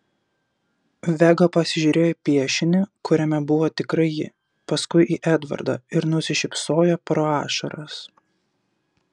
vega pasižiūrėjo į piešinį kuriame buvo tikrai ji paskui į edvardą ir nusišypsojo pro ašaras